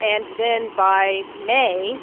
and then by may,